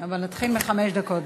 נתחיל בחמש דקות.